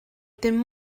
dim